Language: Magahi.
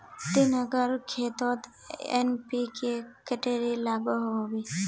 तीन एकर खेतोत एन.पी.के कतेरी लागोहो होबे?